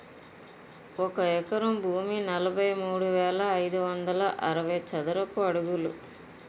ఒక ఎకరం భూమి నలభై మూడు వేల ఐదు వందల అరవై చదరపు అడుగులు